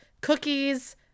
cookies